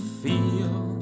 feel